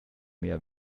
mehr